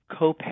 copay